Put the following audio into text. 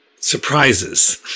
surprises